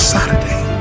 Saturday